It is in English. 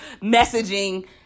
messaging